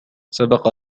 سبق